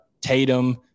tatum